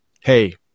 hey